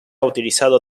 utilizado